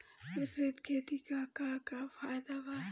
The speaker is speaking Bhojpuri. मिश्रित खेती क का फायदा ह?